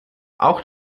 auch